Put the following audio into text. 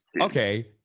okay